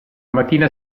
mattina